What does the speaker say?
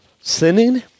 sinning